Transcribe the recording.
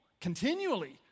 continually